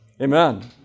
Amen